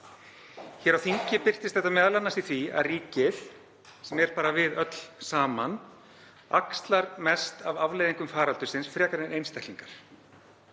Hér á þingi birtist þetta m.a. í því að ríkið, sem er bara við öll saman, axli sem mest af afleiðingum faraldursins frekar en einstaklingar.